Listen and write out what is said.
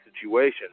situation